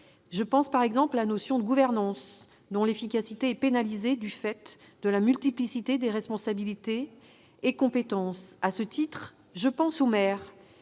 Je pense notamment à la notion de gouvernance, dont l'efficacité est pénalisée du fait de la multiplicité des responsabilités et compétences. À ce titre, je pense aux maires,